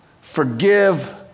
forgive